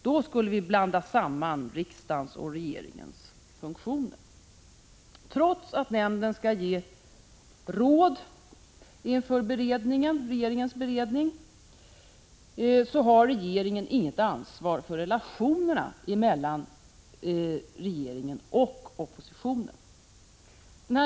——- Då skulle vi blanda samman riksdagens och regeringens funktioner.” Trots att nämnden skall ge råd inför regeringens beredning har regeringen inget ansvar för relationerna mellan regeringen och oppositionen.